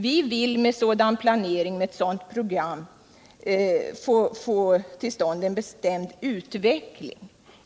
Vi vill få till stånd en bestämd utveckling.